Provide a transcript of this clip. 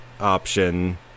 option